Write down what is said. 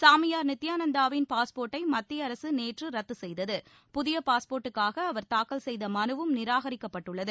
சாமியார் நித்தியானந்தாவின் பாஸ்போர்ட்டை மத்திய அரசு நேற்று ரத்து செய்தது புதிய பாஸ்போா்ட் க்காக அவா் தாக்கல் செய்த மனுவும் நிராகரிக்கப்பட்டுள்ளது